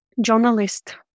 journalist